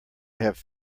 have